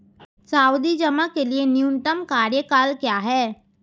सावधि जमा के लिए न्यूनतम कार्यकाल क्या है?